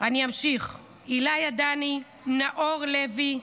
אני אמשיך: איליי עדני, נאור לוי,